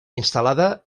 instal·lada